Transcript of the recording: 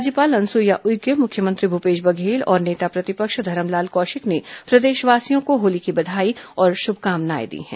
राज्यपाल अनुसुईया उइके मुख्यमंत्री भूपेश बघेल और नेता प्रतिपक्ष धरमलाल कौशिक ने प्रदेशवासियों को होली की बधाई और श्रभकामनाएं दी हैं